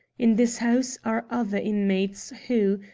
in this house are other inmates who,